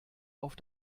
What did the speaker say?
auf